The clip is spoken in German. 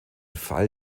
fall